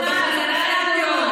ולפעול למען תומכי הטרור,